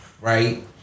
Right